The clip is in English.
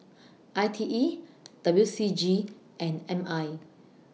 I T E W C G and M I